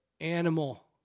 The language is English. animal